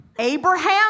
Abraham